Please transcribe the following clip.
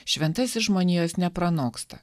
šventasis žmonijos nepranoksta